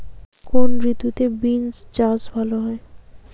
কোন ঋতুতে বিন্স চাষ ভালো হয়?